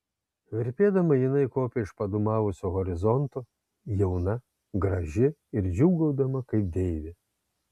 virpėdama jinai kopė iš padūmavusio horizonto jauna graži ir džiūgaudama kaip deivė